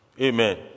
Amen